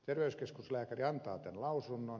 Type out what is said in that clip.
terveyskeskuslääkäri antaa tämän lausunnon